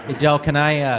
del, can i ah